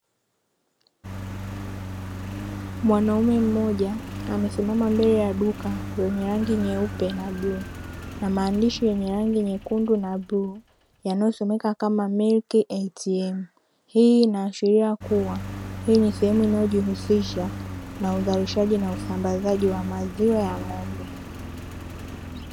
Mwanaume mmoja amesimama mbele ya duka lenye rangi nyeupe na bluu, na maandishi yenye rangi nyekundu na bluu yanayosomeka kama “MILK ATM”. Hii inaashiria kuwa hii ni sehemu inayojihusisha na uzalishaji na usambazaji wa maziwa ya ng’ombe.